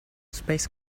space